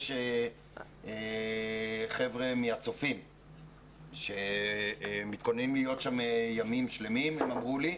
יש חבר'ה מהצופים שמתכוננים להיות שם ימים שלמים כך הם אמרו לי.